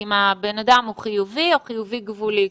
אם בן אדם חיובי או חיובי-גבולי,